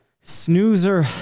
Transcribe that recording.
snoozer